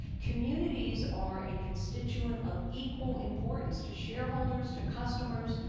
communities are a constituent of equal importance to shareholders, to customers,